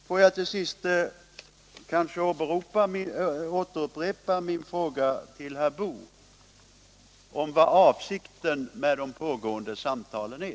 Får jag till sist återupprepa min fråga till herr Boo om vad avsikten med de pågående samtalen är.